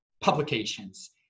publications